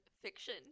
fiction